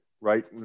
right